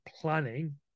planning